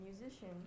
musician